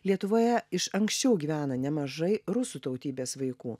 lietuvoje iš anksčiau gyvena nemažai rusų tautybės vaikų